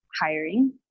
hiring